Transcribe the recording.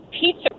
pizza